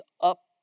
up